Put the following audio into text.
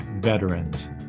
veterans